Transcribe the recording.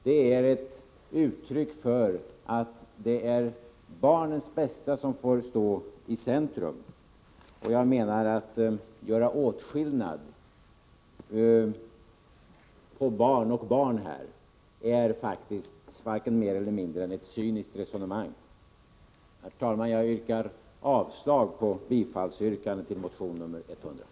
Detta är ett uttryck för att det är barnens bästa som står i centrum. Att skilja på barn och barn är varken mer eller mindre än ett cyniskt resonemang. Herr talman! Jag yrkar avslag på bifallsyrkandet till motion nr 100.